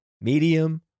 medium